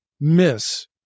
miss